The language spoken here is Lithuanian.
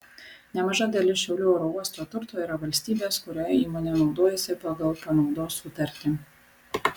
nemaža dalis šiaulių oro uosto turto yra valstybės kuriuo įmonė naudojasi pagal panaudos sutartį